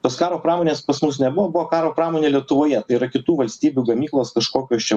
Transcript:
tos karo pramonės pas mus nebuvo buvo karo pramonė lietuvoje tai yra kitų valstybių gamyklos kažkokios čia